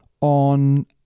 on